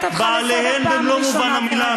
בעליהן במובן המלא של המילה,